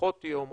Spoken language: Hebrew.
פחות יום,